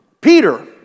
Peter